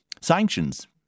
sanctions